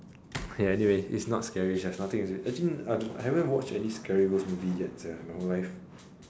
ya anyways it's not scary there's nothing actually I have not watched any scary ghost movies yet in my whole life